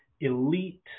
elite